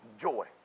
joy